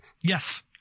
Yes